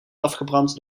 afgebrand